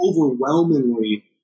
overwhelmingly